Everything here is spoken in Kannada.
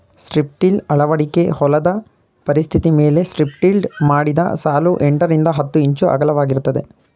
ಸ್ಟ್ರಿಪ್ಟಿಲ್ ಅಳವಡಿಕೆ ಹೊಲದ ಪರಿಸ್ಥಿತಿಮೇಲೆ ಸ್ಟ್ರಿಪ್ಟಿಲ್ಡ್ ಮಾಡಿದ ಸಾಲು ಎಂಟರಿಂದ ಹತ್ತು ಇಂಚು ಅಗಲವಾಗಿರ್ತದೆ